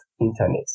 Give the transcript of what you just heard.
internet